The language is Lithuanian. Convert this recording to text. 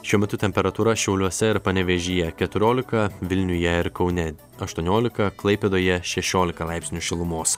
šiuo metu temperatūra šiauliuose ir panevėžyje keturiolika vilniuje ir kaune aštuoniolika klaipėdoje šešiolika laipsnių šilumos